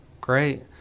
great